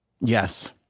Yes